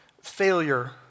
Failure